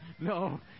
No